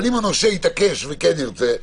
אבל אם הנושה יתעקש וכן ירצה,